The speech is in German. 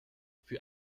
für